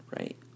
right